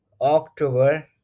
october